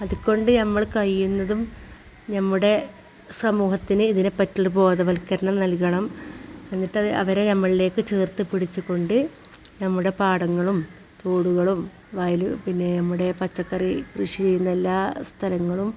അതുകൊണ്ട് നമ്മൾ കഴിയുന്നതും നമ്മുടെ സമൂഹത്തിന് ഇതിനെ പറ്റിയുള്ള ബോധവൽക്കരണം നൽകണം എന്നിട്ട് അവർ അവരെ നമ്മളിലേക്ക് ചേർത്ത് പിടിച്ച് കൊണ്ട് നമ്മുടെ പാടങ്ങളും തോടുകളും വയൽ പിന്നെ നമ്മുടെ പച്ചക്കറി കൃഷി ചെയ്യുന്ന എല്ലാ സ്ഥലങ്ങളും